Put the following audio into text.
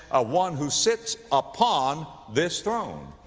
ah, one who sits upon this throne.